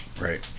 right